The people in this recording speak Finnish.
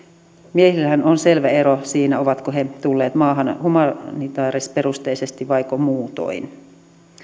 miehillähän on selvä ero siinä ovatko he tulleet maahan humanitaarisperusteisesti vaiko muutoin